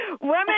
Women